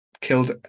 killed